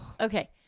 Okay